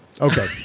Okay